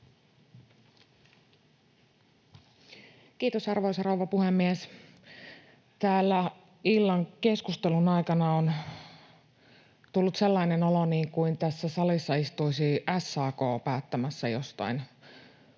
Kiitos, arvoisa rouva puhemies! Täällä illan keskustelun aikana on tullut sellainen olo, niin kuin tässä salissa istuisi SAK päättämässä jostain.